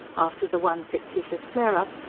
after the one fictitious flare-up,